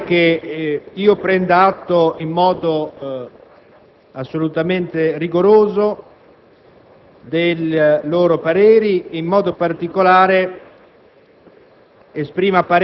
È naturale che io prenda atto in modo assolutamente rigoroso dei loro pareri e, in modo particolare,